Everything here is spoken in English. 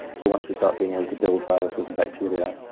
so once we start being able to build viruses and bacteria,